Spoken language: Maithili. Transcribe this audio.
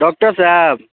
डॉक्टर साहेब